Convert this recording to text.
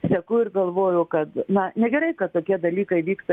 seku ir galvoju kad na negerai kad tokie dalykai vyksta